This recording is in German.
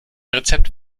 rezept